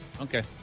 Okay